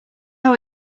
know